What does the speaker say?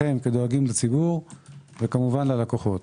לכן כדואגים לציבור וכמובן ללקוחות.